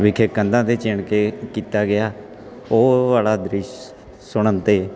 ਵਿਖੇ ਕੰਧਾਂ 'ਤੇ ਚਿਣ ਕੇ ਕੀਤਾ ਗਿਆ ਉਹ ਵਾਲਾ ਦ੍ਰਿਸ਼ ਸੁਣਨ 'ਤੇ